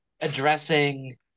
addressing